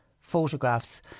photographs